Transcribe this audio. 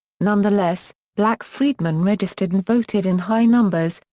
nonetheless, black freedmen registered and voted in high numbers,